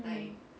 mm